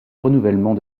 renouvellement